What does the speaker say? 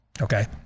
Okay